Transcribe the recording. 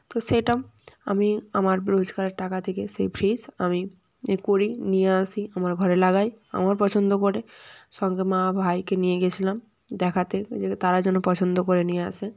তো সেটা আমি আমার রোজগারের টাকা থেকে সেই ফ্রিজ আমি করি নিয়ে আসি আমার ঘরে লাগাই আমার পছন্দ করে সঙ্গে মা ভাইকে নিয়ে গেছিলাম দেখাতে যে তারা যেন পছন্দ করে নিয়ে আসে